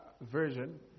version